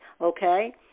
Okay